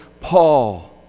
Paul